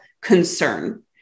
concern